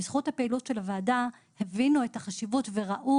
בזכות הפעילות של הוועדה הבינו את החשיבות וראו